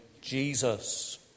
Jesus